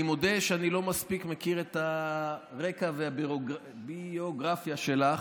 אני מודה שאני לא מספיק מכיר את הרקע והביוגרפיה שלך,